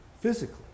physically